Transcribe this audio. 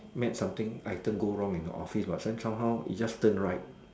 mad something item go wrong in office but some somehow is just turn right